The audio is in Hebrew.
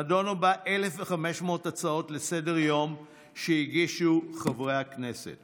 נדונו בה 1,500 הצעות לסדר-היום שהגישו חברי הכנסת